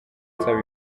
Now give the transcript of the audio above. nsaba